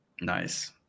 Nice